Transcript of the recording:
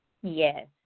Yes